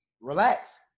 Relax